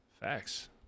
Facts